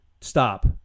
stop